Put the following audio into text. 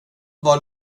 var